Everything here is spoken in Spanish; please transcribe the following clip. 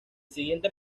siguiente